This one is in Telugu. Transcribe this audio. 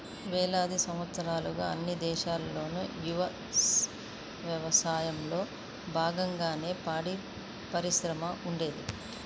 వేలాది సంవత్సరాలుగా అన్ని దేశాల్లోనూ యవసాయంలో బాగంగానే పాడిపరిశ్రమ ఉండేది